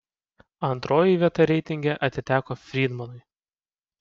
antroji vieta reitinge atiteko frydmanui